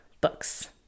books